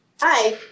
Hi